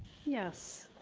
yes.